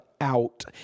out